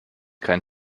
kein